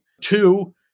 Two